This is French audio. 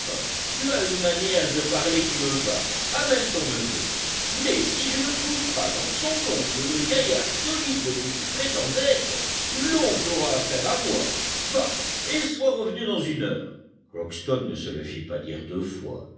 tu as une manière de parler qui me va amène ton neveu mais si je ne trouve pas dans son oncle le gaillard solide que tu prétends être l'oncle aura affaire à moi va et sois revenu dans une heure crockston ne se le fit pas dire deux fois